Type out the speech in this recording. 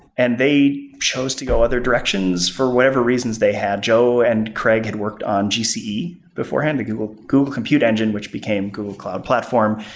and they chose to go other directions for whatever reasons they had. joe and craig had worked on gce beforehand, the google google compute engine, which became google cloud platform,